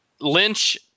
Lynch